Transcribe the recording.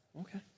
Okay